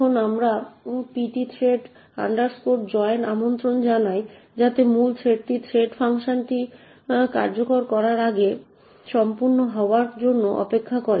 এখন আমরা pthread join আমন্ত্রণ জানাই যাতে মূল থ্রেডটি থ্রেড ফাংশনটি কার্যকর করার আগে সম্পূর্ণ হওয়ার জন্য অপেক্ষা করে